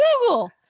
Google